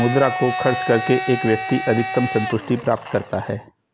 मुद्रा को खर्च करके एक व्यक्ति अधिकतम सन्तुष्टि प्राप्त करता है